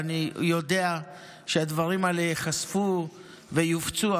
ואני יודע שהדברים האלה ייחשפו ויופצו.